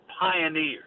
pioneers